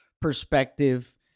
perspective